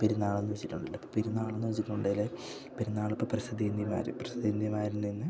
പെരുന്നാളെന്നു വെച്ചിട്ടുണ്ടെങ്കിൽ പെരുന്നാളെന്നു വെച്ചിട്ടുണ്ടെങ്കിൽ പെരുന്നാളിപ്പോൾ പ്രസിദ്യന്തിമാർ പ്രസിദ്യന്തിമാരിൽ നിന്ന്